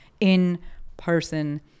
in-person